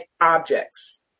objects